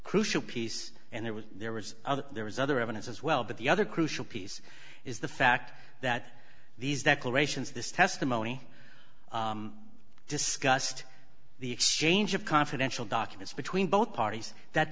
crucial piece and there was there was other there was other evidence as well but the other crucial piece is the fact that these declarations this testimony discussed the exchange of confidential documents between both parties that